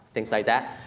things like that.